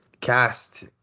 cast